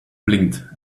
blinked